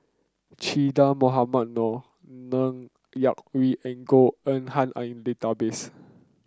Che Dah Mohamed Noor Ng Yak Whee and Goh Eng Han are in database